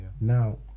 Now